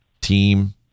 team